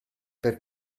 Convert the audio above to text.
per